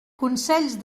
consells